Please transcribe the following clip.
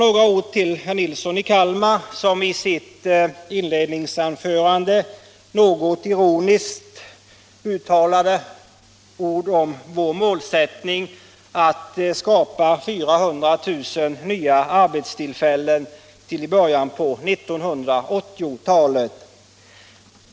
Herr Nilsson i Kalmar talade i sitt inledningsanförande något ironiskt om vår målsättning att skapa 400 000 nya arbetstillfällen till i början på 1980-talet.